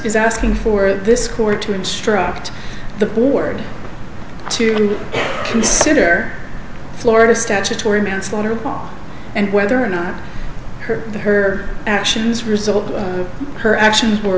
is asking for this court to instruct the board to consider florida statutory manslaughter and whether or not her or her actions result of her actions were